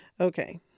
Okay